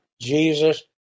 Jesus